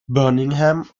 birmingham